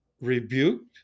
rebuked